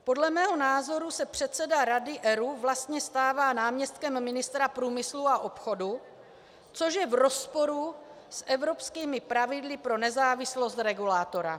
Podle mého názoru se předseda rady ERÚ vlastně stává náměstkem ministra průmyslu a obchodu, což je v rozporu s evropskými pravidly pro nezávislost regulátora.